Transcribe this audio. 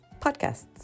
podcasts